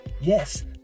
Yes